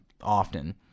often